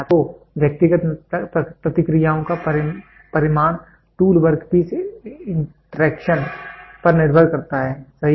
तो व्यक्तिगत प्रतिक्रियाओं का परिमाण टूल वर्क पीस इंटरैक्शन पर निर्भर करता है सही है